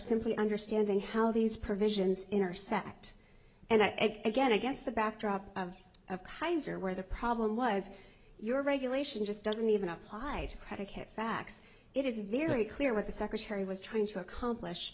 simply understanding how these provisions intersect and i get against the backdrop of hisor where the problem was your regulation just doesn't even outside predicate facts it is very clear what the secretary was trying to accomplish